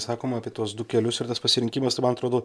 sakoma apie tuos du kelius ir tas pasirinkimas tai man atrodo